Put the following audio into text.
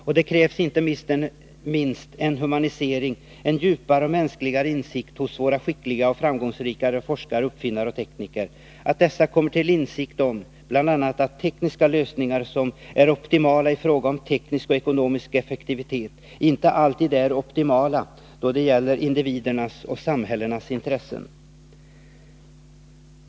Och det krävs inte minst en humanisering och en djupare mänskligare insikt hos våra skickliga och framgångsrika forskare, uppfinnare och tekniker, så att dessa bl.a. kommer till insikt om att tekniska lösningar som är optimala i fråga om teknisk och ekonomisk effektivitet inte alltid är optimala då det gäller individernas och samhällenas intressen.